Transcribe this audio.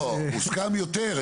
הוסכם יותר.